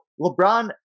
lebron